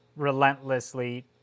relentlessly